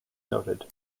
noted